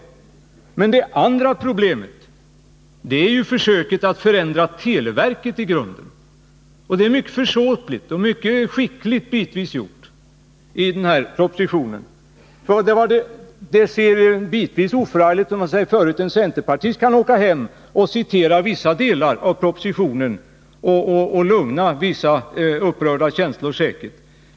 167 Det andra problemet gäller försöket att förändra televerket i grunden. Det är ett mycket försåtligt försök och mycket skickligt gjort i propositionen. Det ser bitvis så oförargligt ut att en centerpartist mycket väl kan åka hem och citera vissa delar av propositionen och säkert också lugna vissa upprörda känslor.